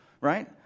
Right